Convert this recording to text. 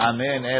Amen